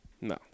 No